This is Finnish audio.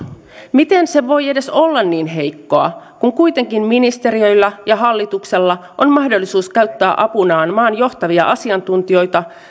miten se voi edes olla niin heikkoa kun kuitenkin ministeriöillä ja hallituksella on mahdollisuus käyttää apunaan maan johtavia asiantuntijoita